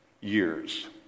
years